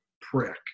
prick